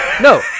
No